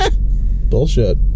bullshit